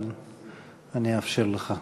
אבל אני אאפשר לך.